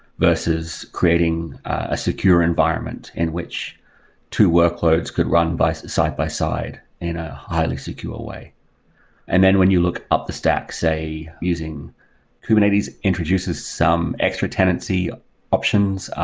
versus creating a secure environment in which two workloads could run side-by-side in a highly secure way and then when you look up the stack, say using kubernetes, introduces some extra tenancy options,